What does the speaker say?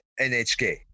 NHK